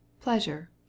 pleasure